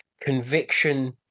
conviction